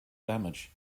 damage